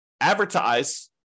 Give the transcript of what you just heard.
advertise